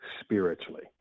spiritually